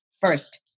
first